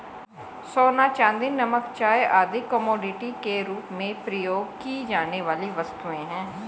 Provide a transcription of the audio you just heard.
सोना, चांदी, नमक, चाय आदि कमोडिटी के रूप में प्रयोग की जाने वाली वस्तुएँ हैं